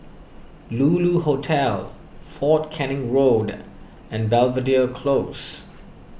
Lulu Hotel fort Canning Road and Belvedere Close